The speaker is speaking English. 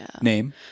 name